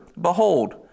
Behold